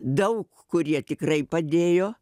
daug kurie tikrai padėjo